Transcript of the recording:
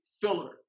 filler